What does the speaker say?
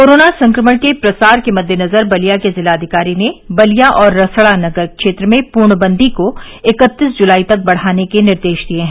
corona संक्रमण के प्रसार के मददेनजर बलिया के जिलाधिकारी ने बलिया और रसड़ा नगर क्षेत्र में पूर्णबन्दी को इकत्तीस जुलाई तक बढ़ाने के निर्देश दिए हैं